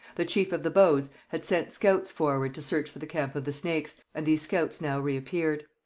the chief of the bows had sent scouts forward to search for the camp of the snakes, and these scouts now reappeared.